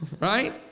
right